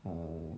oh